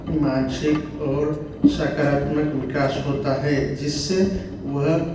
मानसिक और साकारात्मक विकास होता है जिससे वह